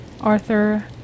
Arthur